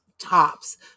tops